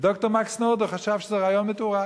וד"ר מקס נורדאו חשב שזה רעיון מטורף.